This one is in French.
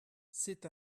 c’est